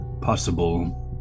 possible